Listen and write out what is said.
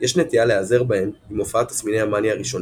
יש נטייה להיעזר בהן עם הופעת תסמיני המאניה הראשונים,